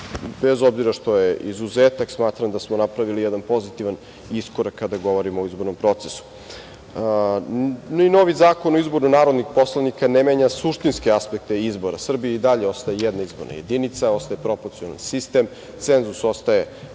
Bez obzira što je izuzetak, smatram da smo napravili jedan pozitivan iskorak kada govorimo o izbornom procesu. Ni novi Zakon o izboru narodnih poslanika ne menja suštinske aspekte izbora. U Srbiji i dalje ostaje jedna izborna jedinica, ostaje proporcionalni sistem, cenzus ostaje